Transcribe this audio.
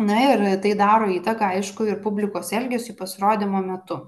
na ir tai daro įtaką aišku ir publikos elgesiui pasirodymo metu